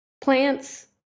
plants